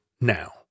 now